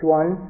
one